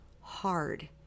hard